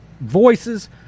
voices